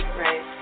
right